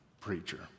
preacher